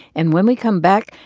and when we come back,